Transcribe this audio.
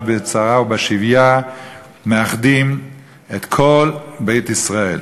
בצרה ובשביה מאחדים את כל בית ישראל,